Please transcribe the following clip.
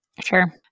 Sure